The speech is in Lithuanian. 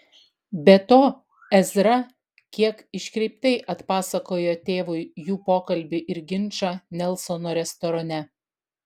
be to ezra kiek iškreiptai atpasakojo tėvui jų pokalbį ir ginčą nelsono restorane